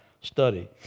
study